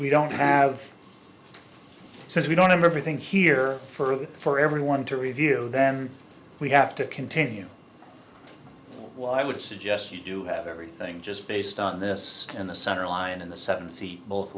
we don't have since we don't have everything here for for everyone to review then we have to continue what i would suggest you do have everything just based on this in the center line in the seven feet both